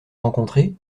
rencontrez